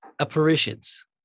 apparitions